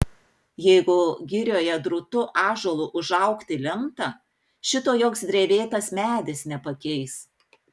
jeigu girioje drūtu ąžuolu užaugti lemta šito joks drevėtas medis nepakeis